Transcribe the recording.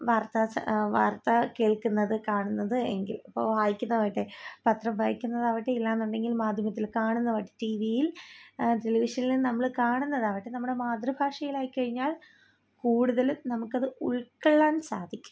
വാർത്താ വാർത്ത കേൾക്കുന്നത് കാണുന്നത് എങ്കിൽ ഇപ്പോൾ വായിക്കുന്നതാകട്ടെ പത്രം വായിക്കുന്നതാകട്ടെ ഇല്ലയെന്നുണ്ടെങ്കിൽ മാധ്യമത്തിൽ കാണുന്നതാണ് ടീ വിയിൽ ടെലിവിഷനിൽ നമ്മൾ കാണുന്നതാകട്ടെ നമ്മുടെ മാതൃഭാഷയിൽ ആയികഴിഞ്ഞാൽ കൂടുതലും നമുക്കത് ഉൾകൊള്ളാൻ സാധിക്കും